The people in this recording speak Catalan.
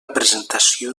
presentació